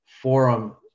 forum